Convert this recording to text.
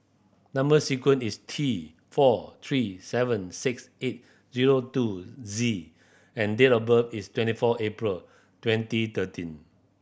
number sequence is T four three seven six eight zero two Z and date of birth is twenty four April twenty thirteen